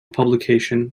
publication